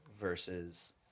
versus